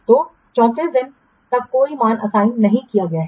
तो 34 दिनों तक कोई मान असाइन नहीं किया गया है